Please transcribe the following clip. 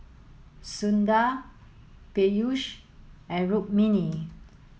Sundar Peyush and Rukmini